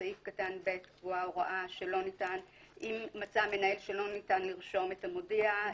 בסעיף קטן (ב) קבועה הוראה שאם מצא המנהל שלא ניתן לרשום את המודיע,